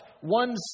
one